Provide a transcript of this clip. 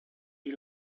die